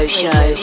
show